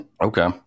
Okay